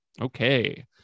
okay